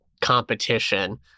competition